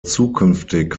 zukünftig